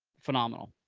phenomenal.